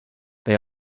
they